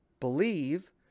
believe